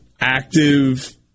active